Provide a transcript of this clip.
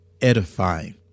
edifying